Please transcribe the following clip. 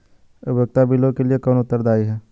उपयोगिता बिलों के लिए कौन उत्तरदायी है?